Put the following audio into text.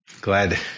Glad